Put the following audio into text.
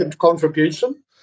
contribution